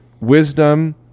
wisdom